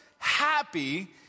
happy